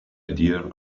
idea